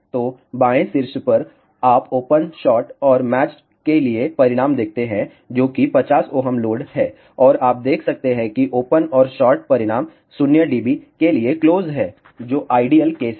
तो बाएं शीर्ष पर आप ओपन शॉट और मैच्ड के लिए परिणाम देखते हैं जो कि 50 Ω लोड है और आप देख सकते हैं कि ओपन और शार्ट परिणाम 0 dB के लिए क्लोज हैं जो आइडियल केस है